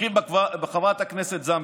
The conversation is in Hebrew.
נתחיל בחברת הכנסת זנדברג,